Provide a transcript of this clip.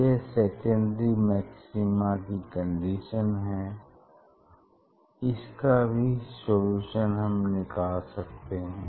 यह secondary maxima की condition है इसका भी सोलुशन हम निकाल सकते हैं